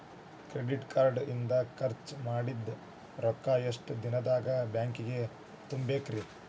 Credit card ಇಂದ್ ಖರ್ಚ್ ಮಾಡಿದ್ ರೊಕ್ಕಾ ಎಷ್ಟ ದಿನದಾಗ್ ಬ್ಯಾಂಕಿಗೆ ತುಂಬೇಕ್ರಿ?